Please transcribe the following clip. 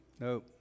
No